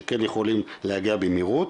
שכן יכולים להגיע במהירות.